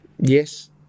Yes